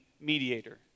mediator